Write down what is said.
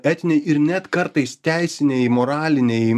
etiniai ir net kartais teisiniai moraliniai